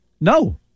No